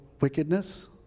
wickedness